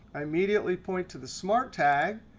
i immediately point to the smart tag,